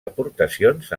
aportacions